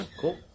cool